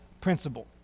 principle